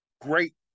Great